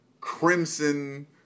Crimson